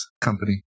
company